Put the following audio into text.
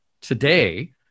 today